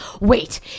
wait